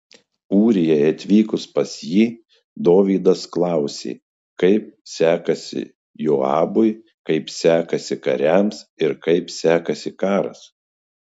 ūrijai atvykus pas jį dovydas klausė kaip sekasi joabui kaip sekasi kariams ir kaip sekasi karas